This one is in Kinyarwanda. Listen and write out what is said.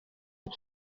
ngo